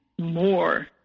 more